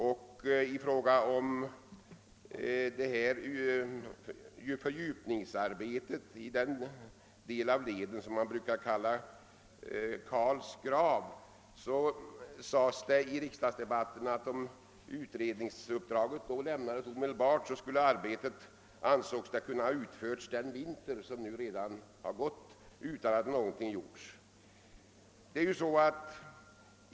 Beträffande fördjupningen i den del av leden kom kallas Karls grav sades det i riksdagsdebatten, att om utredningsuppdraget lämnades omedelbart skulle arbetet kunna utföras under den vinter som nu har gått utan att någonting har gjorts.